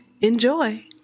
Enjoy